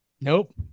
Nope